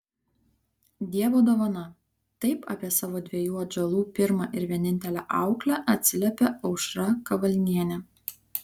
dievo dovana taip apie savo dviejų atžalų pirmą ir vienintelę auklę atsiliepia aušra kavalnienė